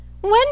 when